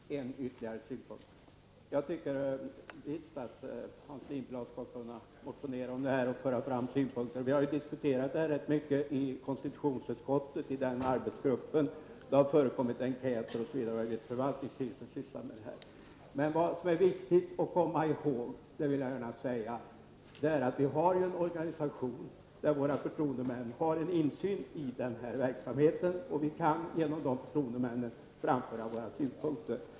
Herr talman! Bara ytterligare en synpunkt. Jag tycker visst att Hans Lindblad skall kunna motionera om riksdagshuset och föra fram sina synpunkter. Vi har diskuterat det här i konstitutionsutskottet och i arbetsgruppen. Det har förekommit enkäter, och förvaltningsstyrelsen har behandlat frågan. Det viktiga att komma ihåg -- det vill jag gärna säga -- är att vi har en organisation, där våra förtroendemän har en insyn i verksamheten. Vi kan genom dessa förtroendemän framföra våra synpunkter.